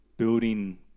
Building